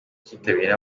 cyitabiriwe